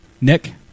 Nick